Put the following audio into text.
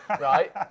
right